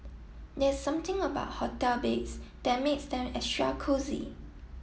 there's something about hotel beds that makes them extra cosy